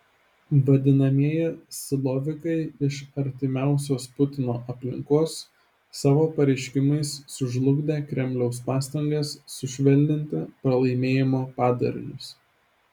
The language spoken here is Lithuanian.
vadinamieji silovikai iš artimiausios putino aplinkos savo pareiškimais sužlugdė kremliaus pastangas sušvelninti pralaimėjimo padarinius